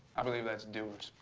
i believe that's